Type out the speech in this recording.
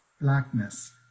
blackness